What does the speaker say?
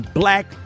black